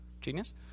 Genius